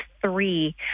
three